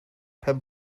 pen